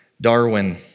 Darwin